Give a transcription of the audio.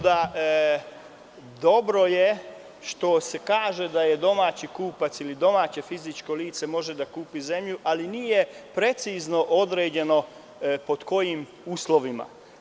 Dobro je što se kaže da domaći kupac ili domaće fizičko lice može da kupi zemlju, ali nije precizno određeno pod kojim uslovima.